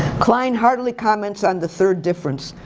klein hardly comments on the third difference.